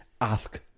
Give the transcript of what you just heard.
Ask